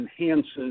enhances